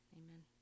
amen